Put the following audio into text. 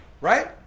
Right